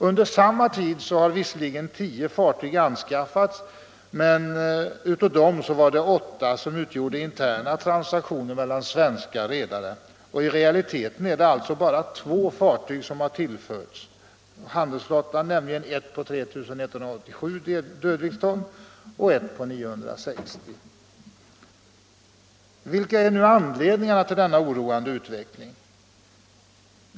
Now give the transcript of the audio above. Under samma tid har visserligen 10 fartyg anskaffats, men av dem hänför sig 8 till interna transaktioner mellan svenska redare. I realiteten är det alltså bara två nya fartyg som har tillförts handelsflottan, nämligen ett på 3187 dödviktston och ett på 960 dödviktston. Vilka är anledningarna till denna oroande utveckling?